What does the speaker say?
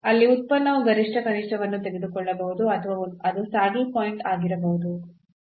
ಅಲ್ಲಿ ಉತ್ಪನ್ನವು ಗರಿಷ್ಠ ಕನಿಷ್ಠವನ್ನು ತೆಗೆದುಕೊಳ್ಳಬಹುದು ಅಥವಾ ಅದು ಸ್ಯಾಡಲ್ ಪಾಯಿಂಟ್ ಆಗಿರಬಹುದು